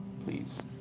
please